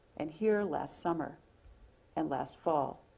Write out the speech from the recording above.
and here, last summer and last fall.